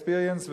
experience,